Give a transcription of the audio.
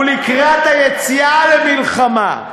ולקראת היציאה למלחמה,